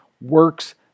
works